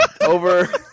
Over